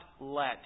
let